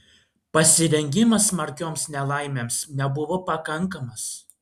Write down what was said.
pasirengimas smarkioms nelaimėms nebuvo pakankamas